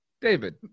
David